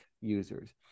users